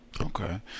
Okay